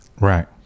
right